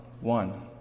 one